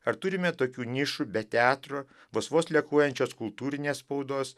ar turime tokių nišų be teatro vos vos lekuojančios kultūrinės spaudos